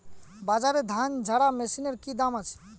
বাজারে ধান ঝারা মেশিনের কি দাম আছে?